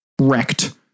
wrecked